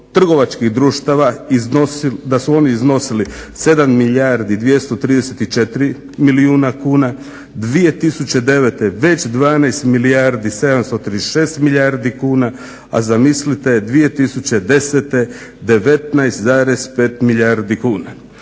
trgovačkih društava da su oni iznosili 7 milijardi 234 milijuna kuna, 2009. već 12 milijardi 736 milijuna kuna, a zamislite 2010. 19,5 milijardi kuna.